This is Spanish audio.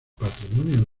patrimonio